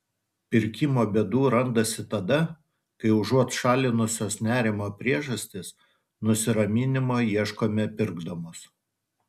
pirkimo bėdų randasi tada kai užuot šalinusios nerimo priežastis nusiraminimo ieškome pirkdamos